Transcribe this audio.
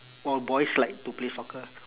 all boys like to play soccer